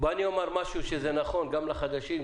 בוא אומר משהו שנכון גם לחדשים,